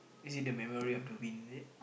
is it the Memory-of-the-Wind is it